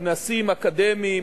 כנסים אקדמיים,